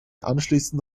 anschließend